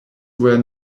were